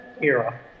era